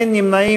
אין נמנעים.